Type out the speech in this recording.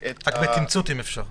בתמצות אם אפשר.